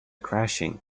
crashing